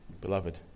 Beloved